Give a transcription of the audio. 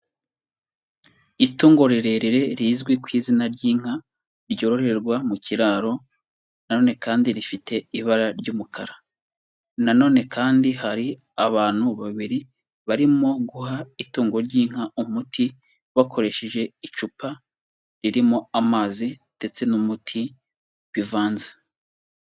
Itungo rirerire rizwi ku izina ry'inka ryororerwa mu kiraro na none kandi rifite ibara ry'umukara. Na none kandi hari abantu babiri barimo guha itungo ry'inka umuti bakoresheje icupa ririmo amazi ndetse n'umuti bivanze.